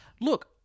Look